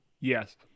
Yes